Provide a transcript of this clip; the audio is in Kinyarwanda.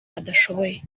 badashoboye